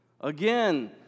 again